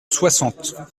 soixante